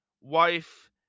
wife